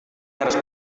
harus